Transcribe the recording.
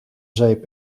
zeep